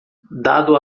dado